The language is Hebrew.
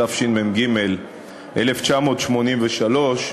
התשמ"ג 1983,